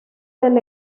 del